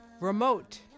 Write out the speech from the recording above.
remote